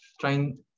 trying